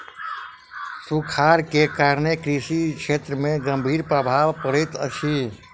सूखाड़ के कारण कृषि क्षेत्र में गंभीर प्रभाव पड़ैत अछि